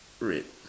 red